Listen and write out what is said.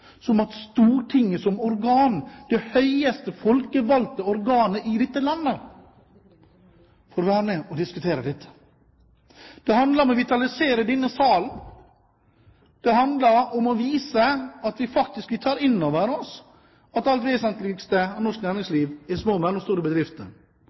som at Stortinget som organ, som det høyeste folkevalgte organet i dette landet, får være med og diskutere dette. Det handler om å vitalisere denne salen. Det handler om å vise at vi faktisk tar inn over oss at det alt vesentligste av norsk